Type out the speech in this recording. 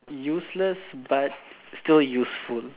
useless but still useful